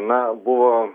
na buvo